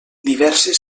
diverses